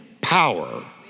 power